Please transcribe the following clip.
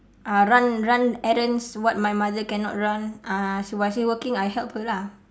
uh run run errands what my mother cannot run uh she while she working I help her lah